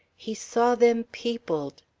he saw them peopled.